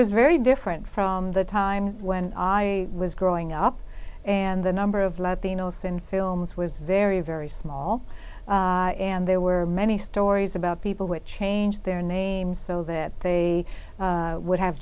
was very different from the time when i was growing up and the number of latinos in films was very very small and there were many stories about people which changed their names so that they would have